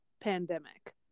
pandemic